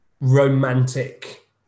romantic